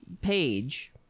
page